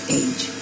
age